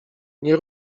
nie